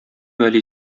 вәли